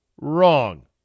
wrong